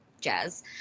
jazz